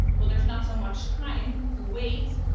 well there's not so much time to wait,